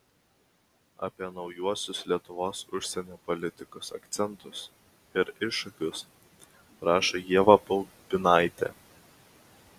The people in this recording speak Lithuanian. apie naujuosius lietuvos užsienio politikos akcentus ir iššūkius rašo ieva baubinaitė